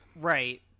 Right